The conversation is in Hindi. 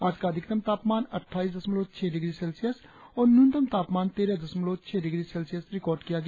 आज का अधिकतम तापमान अट्ठाईस दशमलव छह डिग्री सेल्सियस और न्यूनतम तापमान तेरह दशमलव छह डिग्री सेल्सियस रिकार्ड किया गया